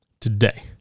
Today